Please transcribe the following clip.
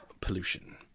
pollution